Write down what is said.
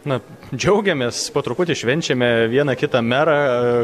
na džiaugiamės po truputį švenčiam vieną kitą merą